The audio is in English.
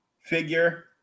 figure